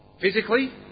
physically